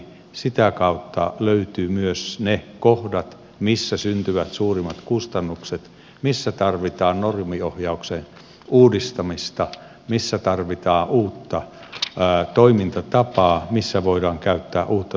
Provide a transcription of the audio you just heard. sitä kautta löytyvät myös ne kohdat missä syntyvät suurimmat kustannukset missä tarvitaan normiohjauksen uudistamista missä tarvitaan uutta toimintatapaa missä voidaan käyttää uutta teknologiaa ja niin edelleen